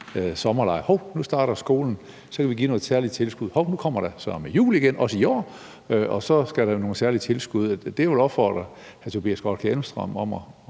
sommerlejr, og hov, nu starter skolen, og så kan vi give et særligt tilskud, og hov, nu kommer der søreme jul igen – også i år – og så skal der nogle særlige tilskud til. Det, som jeg vil opfordre hr. Tobias Grotkjær Elmstrøm til at